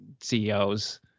CEOs